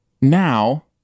now